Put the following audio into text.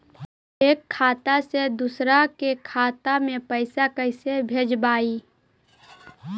एक खाता से दुसर के खाता में पैसा कैसे भेजबइ?